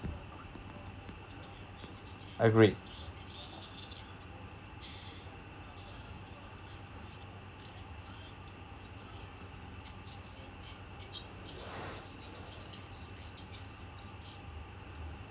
agreed